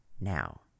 now